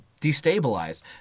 destabilized